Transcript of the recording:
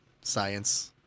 science